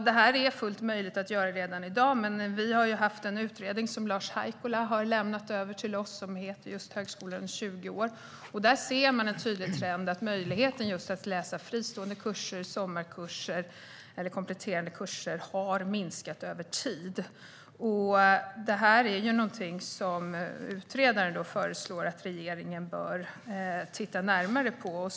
Det är fullt möjligt att göra detta redan i dag, men enligt den utredning som Lars Haikola har lämnat till oss, Högre utbildning under tjugo år , är en tydlig trend att möjligheten att läsa fristående kurser, sommarkurser och kompletterande kurser har minskat över tid. Utredaren föreslår därför att regeringen bör titta närmare på det.